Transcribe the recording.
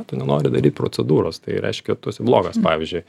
tu nenori daryt procedūros tai reiškia tu esi blogas pavyzdžiui